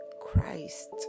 Christ